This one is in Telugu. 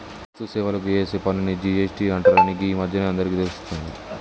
వస్తు సేవలకు ఏసే పన్నుని జి.ఎస్.టి అంటరని గీ మధ్యనే అందరికీ తెలుస్తాంది